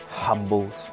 Humbled